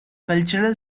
cultural